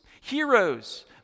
Heroes